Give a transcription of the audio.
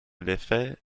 l’effet